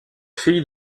fille